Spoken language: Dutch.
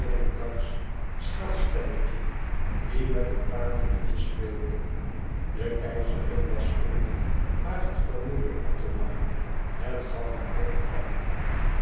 schel stemmetje die met een paar vriendjes speelde de keizerin las voor maar het vermoeide othomar het gaf hem hoofdpijn